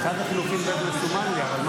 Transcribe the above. רוצה להצביע על הסתייגות 1?